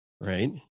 right